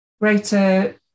greater